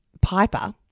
Piper